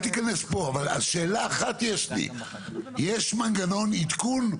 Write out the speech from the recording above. יש מנגנון עדכון?